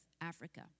Africa